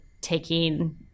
taking